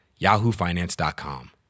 yahoofinance.com